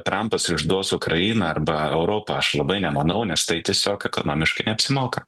trampas išduos ukrainą arba europą aš labai nemanau nes tai tiesiog ekonomiškai neapsimoka